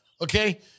Okay